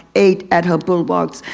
ate at her bullbogs.